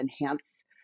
enhance